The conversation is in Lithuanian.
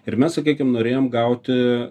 ir mes sakykim norėjom gauti